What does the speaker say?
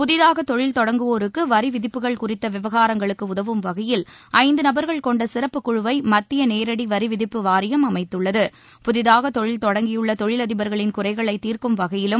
புதிதாக தொழில் தொடங்குவோருக்கு வரிவிதிப்புகள் குறித்த விவகாரங்களுக்கு உதவும் வகையில் ஐந்து நபர்கள் கொண்ட சிறப்பு குழுவை மத்திய நேரடி வரிவிதிப்பு வாரியம் அமைத்துள்ளது புதிதாக தொழில் தொடங்கிபுள்ள தொழிலதிபர்களின் குறைகளை தீர்க்கும் வகையிலும்